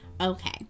Okay